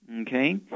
Okay